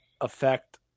affect